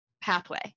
pathway